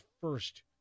first